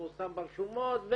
פורסם ברשומות,